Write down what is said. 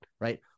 right